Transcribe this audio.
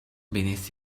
beneath